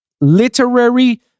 literary